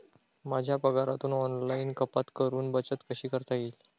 माझ्या पगारातून ऑनलाइन कपात करुन बचत कशी करता येईल?